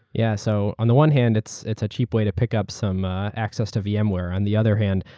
yeah. so on the one hand, it's it's a cheap way to pick up some access to vmware. on the other hand,